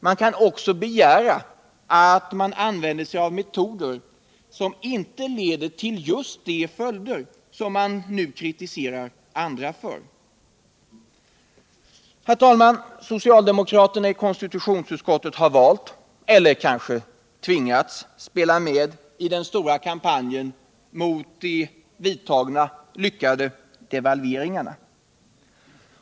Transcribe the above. Man kan också begära att man använder sig av metoder som inte leder till just de följder som man nu kritiserar andra för. Herr talman! Socialdemokraterna i konstitutionsutskottet har valt — eller kanske tvingats — att spela med i den stora kampanjen mot de vidtagna, lyckade devalveringarna.